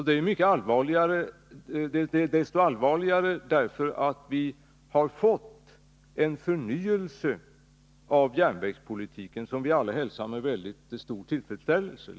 Det är desto allvarligare därför att det inträffar samtidigt som det har skett en förnyelse av järnvägspolitiken som vi alla hälsar med stor tillfredsställelse.